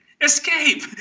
escape